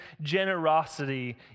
generosity